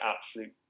absolute